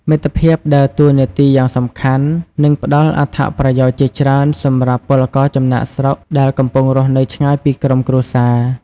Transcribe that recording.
មិត្តភាពដើរតួនាទីយ៉ាងសំខាន់ និងផ្ដល់អត្ថប្រយោជន៍ជាច្រើនសម្រាប់ពលករចំណាកស្រុក ដែលកំពុងរស់នៅឆ្ងាយពីក្រុមគ្រួសារ ។